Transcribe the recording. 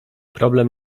problem